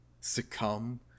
succumb